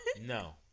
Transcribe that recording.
No